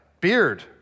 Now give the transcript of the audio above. beard